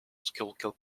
schuylkill